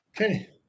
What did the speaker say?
Okay